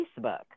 Facebook